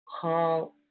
Call